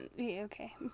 Okay